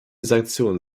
sanktionen